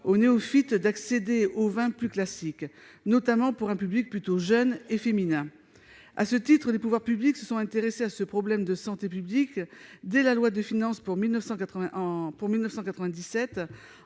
aux néophytes d'accéder aux vins plus classiques, notamment pour un public plutôt jeune et féminin ». À ce titre, les pouvoirs publics se sont intéressés à ce problème de santé publique dès la loi de finances pour 1997,